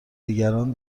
دیگران